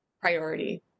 priority